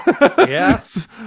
Yes